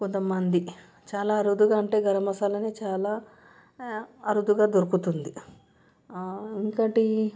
కొంతమంది చాలా అరుదుగా అంటే గరం మసాలాని చాలా అరుదుగా దొరుకుతుంది ఇంకోకటి